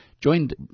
joined